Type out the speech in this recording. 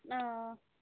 آ آ